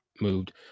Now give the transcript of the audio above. moved